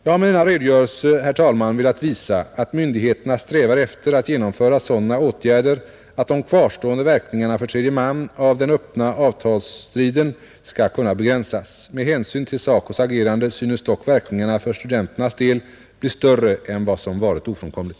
Jag har med denna redogörelse, herr talman, velat visa att myndigheterna strävar efter att genomföra sådana åtgärder att de kvarstående verkningarna för tredje man av den öppna avtalsstriden skall kunna begränsas, Med hänsyn till SACO:s agerande synes dock verkningarna för studenternas del bli större än vad som varit ofrånkomligt.